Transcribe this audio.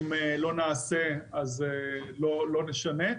אם לא נעשה אז לא נשנה.